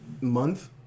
month